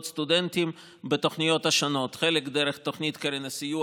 סטודנטים בתוכניות השונות: חלק דרך תוכנית קרן הסיוע,